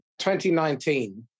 2019